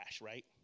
right